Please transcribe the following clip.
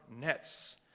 nets